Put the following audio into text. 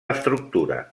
estructura